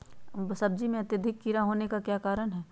सब्जी में अत्यधिक कीड़ा होने का क्या कारण हैं?